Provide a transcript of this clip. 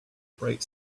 bright